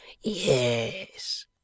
yes